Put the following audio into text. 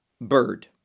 bird